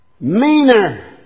meaner